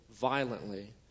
violently